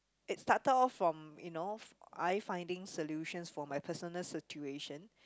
it started off from you know I finding solutions for my personal situation